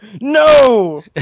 No